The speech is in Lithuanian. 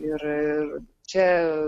ir čia